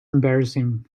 embarrassing